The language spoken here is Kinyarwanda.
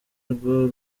rwo